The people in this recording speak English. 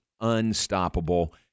unstoppable